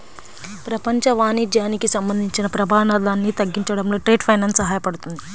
ప్రపంచ వాణిజ్యానికి సంబంధించిన ప్రమాదాన్ని తగ్గించడంలో ట్రేడ్ ఫైనాన్స్ సహాయపడుతుంది